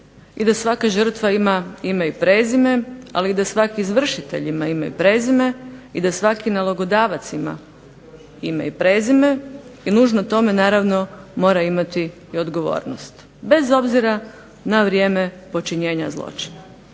i da svaka žrtva ima ime i prezime, ali i da svaki izvršitelj ima ime i prezime i da svaki nalogodavac ima ime i prezime, i nužno tome naravno mora imati i odgovornost, bez obzira na vrijeme počinjenja zločina.